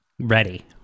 Ready